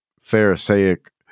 Pharisaic